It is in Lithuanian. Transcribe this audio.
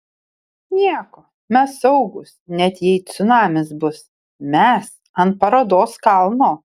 nieko mes saugūs net jei cunamis bus mes ant parodos kalno